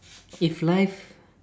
if life